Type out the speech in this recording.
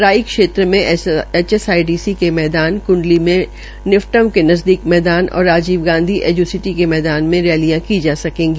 राई क्षेत्र मे एचएसआईडीसी के मैदान कुंडली में निफ़रम के नज़दीक मैदान और राजीव गांधी एज्सिटी क मैदान मे रैलियां की जा सकेंगी